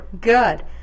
good